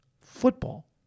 football